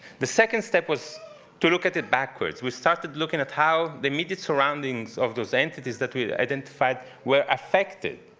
the second step was to look at it backwards. we started looking at how the immediate surroundings of those entities that we identified were affected.